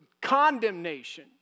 condemnation